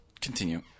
Continue